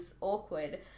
awkward